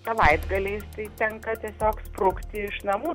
savaitgaliais tai tenka tiesiog sprukti iš namų